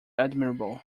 admirable